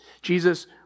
Jesus